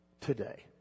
today